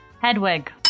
Hedwig